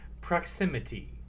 Proximity